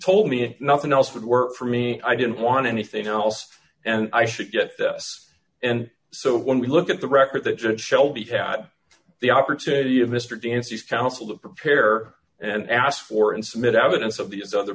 told me if nothing else would work for me i didn't want anything else and i should get this and so when we look at the record that judge shelby had the opportunity of mr dancy's counsel to prepare and ask for and submit evidence of these other